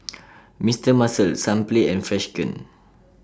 Mister Muscle Sunplay and Freshkon